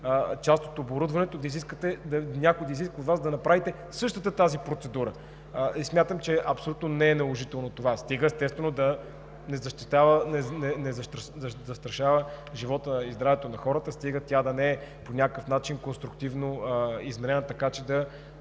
част от оборудването, някой да изиска от Вас да направите същата тази процедура. Смятам, че абсолютно не е наложително това – стига, естествено, да не застрашава живота и здравето на хората, стига тя да не е по някакъв начин конструктивно изменена, така че